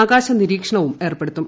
ആകാശ നിരീക്ഷണവും ഏർപ്പെടുത്തും